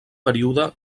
període